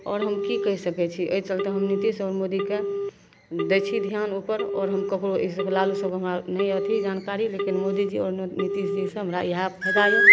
आओर हम कि कहि सकै छी एहि चलिते हम नितीश आओर मोदीके दै छी धिआन ओहिपर आओर हम ककरो एहि सभके लालू सभके हमरा नहि यऽ अथी जानकारी लेकिन मोदीजी आओर नितीशजीसे हमरा इएह फाइदा यऽ